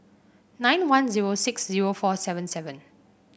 nine one zero six zero four seven seven